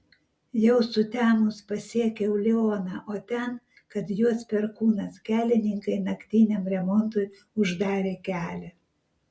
jau sutemus pasiekiau lioną o ten kad juos perkūnas kelininkai naktiniam remontui uždarė kelią